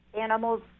animals